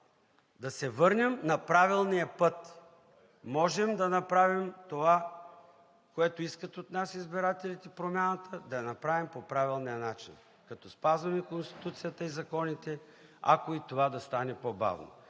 да се върнем на правилния път. Можем да направим това, което искат от нас избирателите – промяната да я направим по правилния начин, като спазваме Конституцията и законите, ако и това да стане по-бавно.